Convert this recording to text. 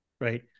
right